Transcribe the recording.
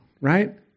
right